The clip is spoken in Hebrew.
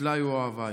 ישליו אהביך.